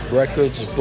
records